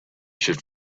should